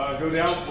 go down.